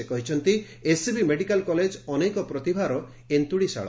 ସେ କହିଛନ୍ତି SCB medical college ଅନେକ ପ୍ରତିଭାର ଏନ୍ତୁଡିଶାଳ